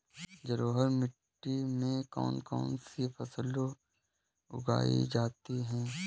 जलोढ़ मिट्टी में कौन कौन सी फसलें उगाई जाती हैं?